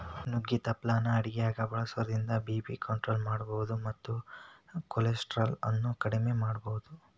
ನುಗ್ಗಿ ತಪ್ಪಲಾನ ಅಡಗ್ಯಾಗ ಬಳಸೋದ್ರಿಂದ ಬಿ.ಪಿ ಕಂಟ್ರೋಲ್ ಮಾಡಬೋದು ಮತ್ತ ಕೊಲೆಸ್ಟ್ರಾಲ್ ಅನ್ನು ಅಕೆಡಿಮೆ ಮಾಡಬೋದು